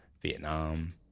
Vietnam